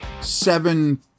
seven